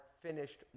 finished